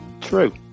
true